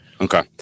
Okay